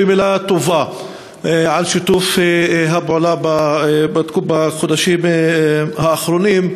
במילה טובה על השיתוף בחודשים האחרונים,